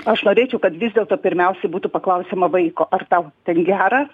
aš norėčiau kad vis dėlto pirmiausiai būtų paklausiama vaiko ar tau ten gera